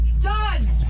Done